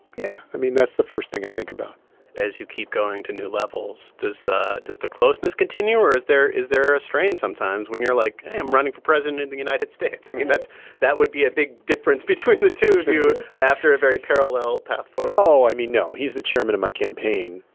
yeah. i mean, that's the first thing i think about as you keep going to new levels, does ah does the closeness continue, or is there is there a strain sometimes when you're, like hey, i'm running for president of and the united states? i mean, that's that would be a big difference between the two of you. after a very parallel path forward oh, i mean, no. he's the chairman of my campaign.